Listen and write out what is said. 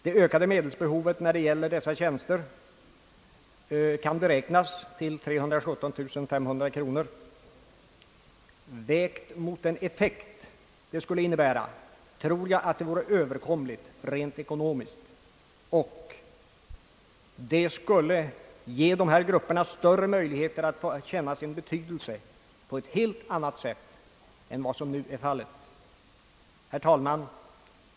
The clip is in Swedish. Det ökade medelsbehovet när det gäller dessa tjänster kan beräknas till 317500 kronor. Vägt mot den effekt det skulle innebära tror jag att det vore överkomligt rent ekonomiskt, och det skulle ge dessa grupper möjlighet att känna sin betydelse på ett helt annat sätt än vad som nu är fallet. Herr talman!